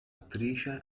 attrice